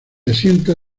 asienta